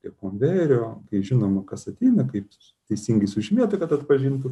prie konvejerio kai žinoma kas ateina kaip teisingai sužymėta kad atpažintų